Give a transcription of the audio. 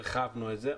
הרחבנו את זה,